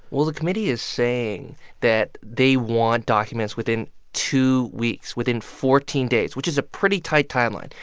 well, the committee is saying that they want documents within two weeks, within fourteen days, which is a pretty tight timeline.